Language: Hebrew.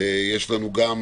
יש לנו גם